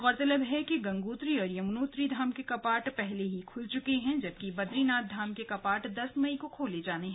गौरतलब है कि गंगोत्री और यमुनोत्री के कपाट पहले ही खुल चुके हैं जबकि बदरीनाथ के कपाट दस मई को खुलेंगे